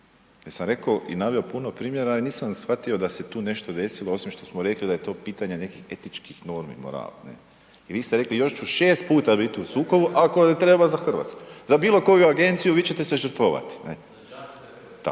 jer sam rekao i naveo puno primjera i nisam shvatio da se tu nešto desilo, osim što smo rekli da je to pitanje nekih etičkih normi i morala. I vi ste rekli još ću šest puta biti u sukobu ako treba za Hrvatsku za bilo koju agenciju vi ćete žrtvovati, ne?